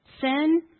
Sin